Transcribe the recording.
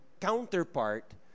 counterpart